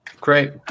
Great